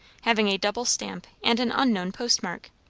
having a double stamp and an unknown postmark.